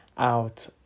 out